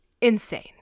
Insane